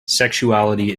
sexuality